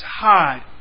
Hide